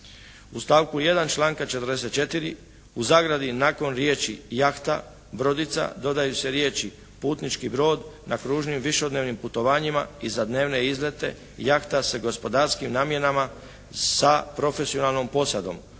U stavku 1. članka 44. u zagradi nakon riječi: "jahta, brodica" dodaju se riječi: "putnički brod na kružnim višednevnim putovanjima i za dnevne izlete, jahta sa gospodarskim namjenama sa profesionalnom posadom".